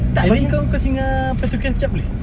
ini kau kau singgah pet to care jap boleh